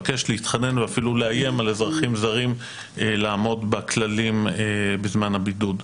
בקשה ואפילו איום על אזרחים זרים לעמוד בכללים בזמן הבידוד,